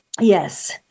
Yes